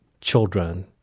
children